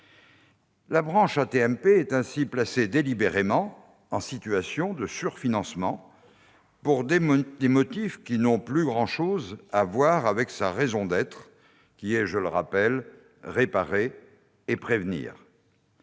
La branche AT-MP est ainsi placée délibérément en situation de surfinancement, pour des motifs n'ayant plus grand-chose à voir avec sa raison d'être : réparer et prévenir.